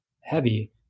heavy